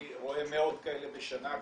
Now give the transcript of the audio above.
אני רואה מאות כאלה בשנה,